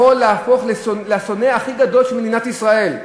להפוך לשונא הכי גדול של מדינת ישראל.